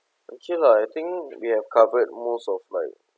okay lah I think we have covered most of like